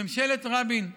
ממשלת רבין,